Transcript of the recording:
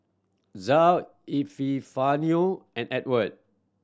Zoa Epifanio and Ewart